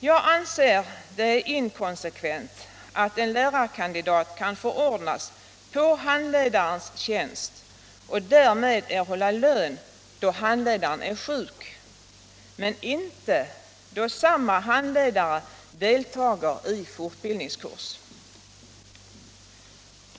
Jag anser det inkonsekvent att en lärarkandidat kan förordnas på handledarens tjänst och därmed forskning inom 100 erhålla lön då handledaren är sjuk men inte då samme handledare deltar i fortbildningskurs.